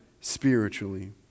spiritually